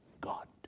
God